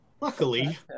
Luckily